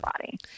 body